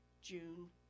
June